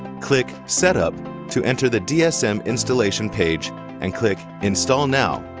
click set up to enter the dsm installation page and click install now.